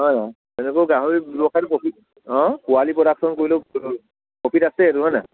হয় তেনেকৈও গাহৰি ব্যৱসায়টোত প্ৰফিট অ পোৱালী প্ৰডাকশ্যন কৰিলেও প্ৰফিট আছে এইটোত হয় নাই